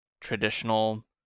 traditional